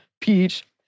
Peach